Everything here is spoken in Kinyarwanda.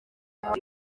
ati